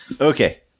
okay